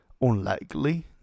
unlikely